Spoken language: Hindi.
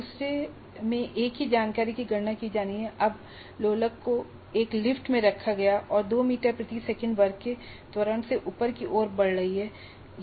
दूसरे में एक ही जानकारी की गणना की जानी है अब लोलक को एक लिफ्ट में रखा गया है जो 2 मीटर प्रति सेकंड वर्ग के त्वरण से ऊपर की ओर बढ़ रही है